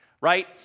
right